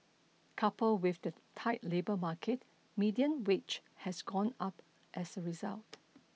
coupled with the tight labour market median wage has gone up as a result